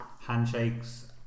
handshakes